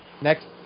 Next